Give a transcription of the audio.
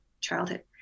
childhood